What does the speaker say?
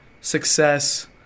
Success